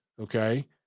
okay